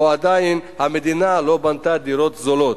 או שעדיין המדינה לא בנתה דירות זולות.